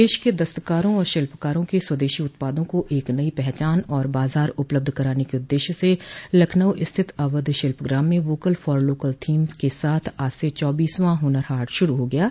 देश के दस्तकारों और शिल्पकारों क स्वदेशी उत्पादों को एक नई पहचान और बाजार उपलब्ध कराने के उददेश्य से लखनऊ स्थित अवध शिल्पग्राम में वोकल फार लोकल थीम के साथ आज से चौबीसवां हुनर हाट शुरू हो गया है